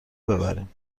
ببریم